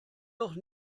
doch